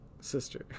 sister